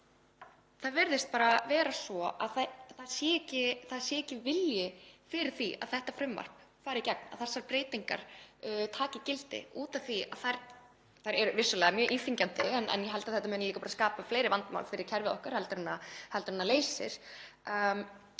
Það virðist bara vera svo að það sé ekki vilji fyrir því að þetta frumvarp fari í gegn, að þessar breytingar taki gildi af því að þær eru vissulega mjög íþyngjandi en ég held að þetta muni skapa fleiri vandamál fyrir kerfið okkar heldur en það leysir.